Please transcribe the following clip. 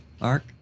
Mark